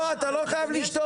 לא, אתה לא חייב לשתוק.